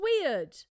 weird